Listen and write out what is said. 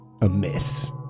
amiss